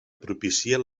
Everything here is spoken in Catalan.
propicien